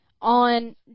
on